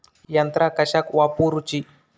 यंत्रा कशाक वापुरूची?